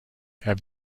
have